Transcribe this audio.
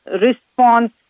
response